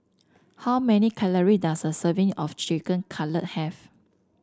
how many calory does a serving of Chicken Cutlet have